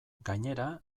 gainera